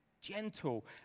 Gentle